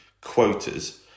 quotas